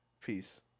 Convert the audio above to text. Peace